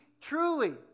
truly